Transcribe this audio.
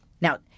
Now –